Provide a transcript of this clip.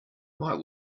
might